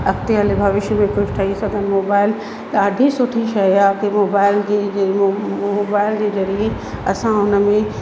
अॻिते हली भविष्य में कुझु ठही सघनि मोबाइल ॾाढी सुठी शइ आहे की मोबाइल मोबाइल जे ज़रिए असां उन में